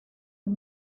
und